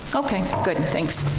ah okay, good, thanks.